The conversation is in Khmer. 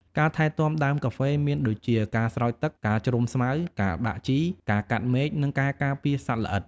ការថែទាំដើមកាហ្វេមានដូចជា ការស្រោចទឹក ការជ្រំងស្មៅ ការដាក់ជី ការកាត់មែក និងការការពារសត្វល្អិត។